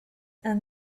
and